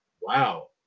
Wow